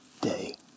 day